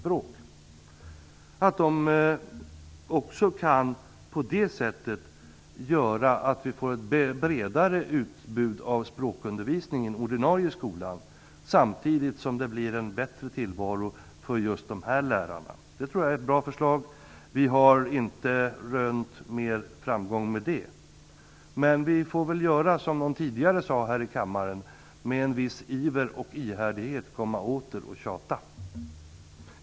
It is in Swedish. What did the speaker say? På det sättet kan man få ett bredare utbud av språkundervisning i den ordinarie skolan samtidigt som de här lärarna får en bättre tillvaro. Jag tror att detta är ett bra förslag. Vi har inte rönt större framgång med det, men vi får väl göra så som någon tidigare sade här i kammaren: komma åter och tjata med en viss iver och ihärdighet.